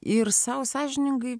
ir sau sąžiningai